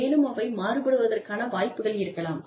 மேலும் அவை மாறுபடுவதற்கான வாய்ப்புகள் இருக்கலாம்